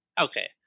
Okay